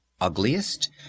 ugliest